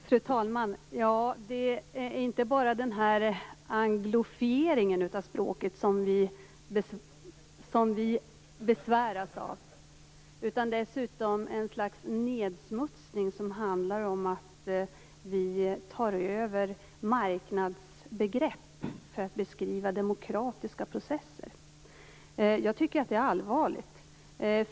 Fru talman! Det är inte bara den här anglofieringen av språket som vi besväras av. Det är dessutom något slags nedsmutsning som handlar om att vi tar över marknadsbegrepp för att beskriva demokratiska processer. Jag tycker att det är allvarligt.